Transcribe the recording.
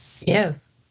Yes